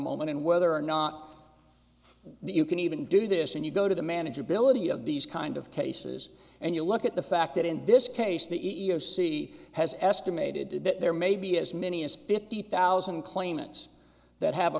moment and whether or not you can even do this and you go to the manageability of these kind of cases and you look at the fact that in this case the e e o c has estimated that there may be as many as fifty thousand claimants that have a